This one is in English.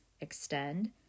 extend